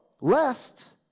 Lest